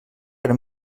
per